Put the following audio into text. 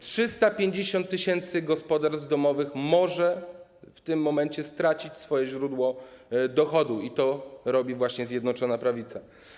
350 tys. gospodarstw domowych może w tym momencie stracić źródło dochodu, to robi właśnie Zjednoczona Prawica.